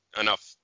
enough